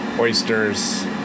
oysters